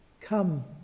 come